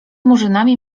murzynami